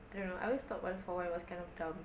I don't know I always thought one for one was kind of dumb